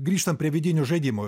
grįžtam prie vidinių žaidimų